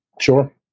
Sure